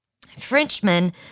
Frenchmen